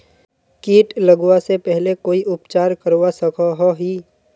किट लगवा से पहले कोई उपचार करवा सकोहो ही?